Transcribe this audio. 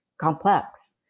complex